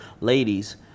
ladies